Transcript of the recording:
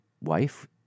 wife